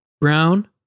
Brown